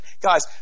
Guys